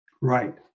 Right